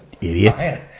idiot